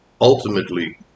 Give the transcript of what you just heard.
ultimately